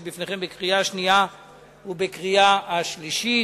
בפניכם בקריאה שנייה ובקריאה שלישית.